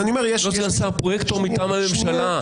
לא סגן שר, פרויקטור מטעם הממשלה.